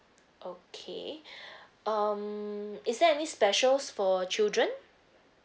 okay um is there any specials for children